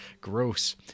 gross